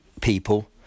people